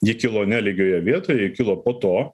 ji kilo ne lygioje vietoj ji kilo po to